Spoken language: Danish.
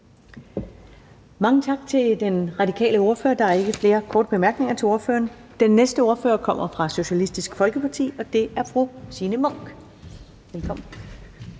Mange tak til den radikale ordfører. Der er ikke flere korte bemærkninger til ordføreren. Den næste ordfører kommer fra Socialistisk Folkeparti, og det er fru Signe Munk. Velkommen.